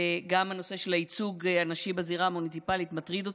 וגם הנושא של הייצוג הנשי בזירה המוניציפלית מטריד אותי.